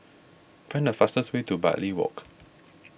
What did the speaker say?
find the fastest way to Bartley Walk